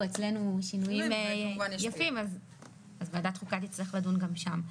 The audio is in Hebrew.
אצלנו שינויים יפים אז ועדת חוקה תצטרך לדון גם שם.